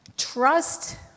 trust